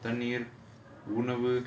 தண்ணீர் உணவு:thaneer unavu